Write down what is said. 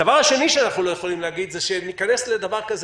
הדבר השני שאנחנו לא יכולים להגיד זה שניכנס לדבר כזה